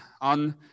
on